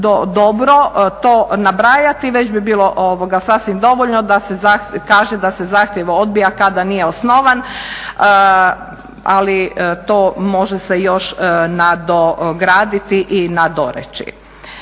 dobro to nabrajati već bi bilo sasvim dovoljno da se kaže da se zahtjev odbija kada nije osnovan. Ali to može se još nadograditi i nadoreći.